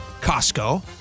Costco